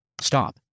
Stop